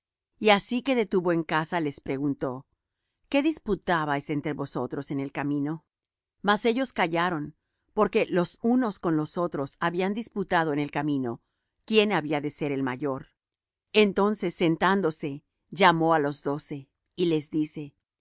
y así que estuvo en casa les preguntó qué disputabais entre vosotros en el camino mas ellos callaron porque los unos con los otros habían disputado en el camino quién había de ser el mayor entonces sentándose llamó á los doce y les dice